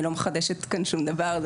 אני לא מחדשת כאן שום דבר,